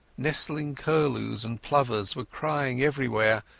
nesting curlews and plovers were crying everywhere,